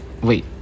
Wait